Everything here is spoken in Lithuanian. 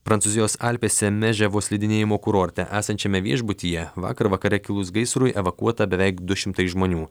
prancūzijos alpėse meževo slidinėjimo kurorte esančiame viešbutyje vakar vakare kilus gaisrui evakuota beveik du šimtai žmonių